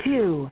Two